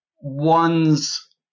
one's